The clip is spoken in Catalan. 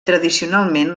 tradicionalment